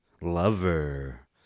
Lover